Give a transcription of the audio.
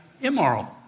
immoral